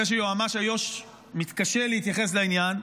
אחרי שיועמ"ש איו"ש מתקשה להתייחס לעניין,